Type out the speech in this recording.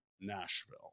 Nashville